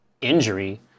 injury